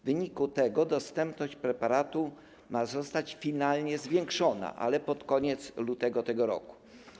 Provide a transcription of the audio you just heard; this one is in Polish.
W wyniku tego dostępność preparatu ma zostać finalnie zwiększona, ale pod koniec lutego tego roku.